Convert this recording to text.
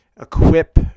equip